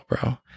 bro